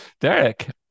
derek